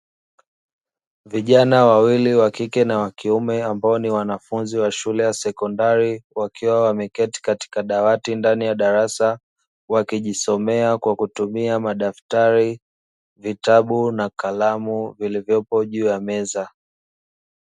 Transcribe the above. Vijana wawili wa kike na wa kiume ambao ni wanafunzi wa shule ya sekondari wakiwa wameketi katika dawati ndani ya darasa wakijisomea kwa kutumia madaftari vitabu na kalamu vilivyopo juu ya meza.